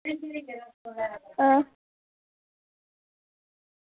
आं